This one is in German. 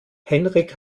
henrik